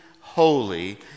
holy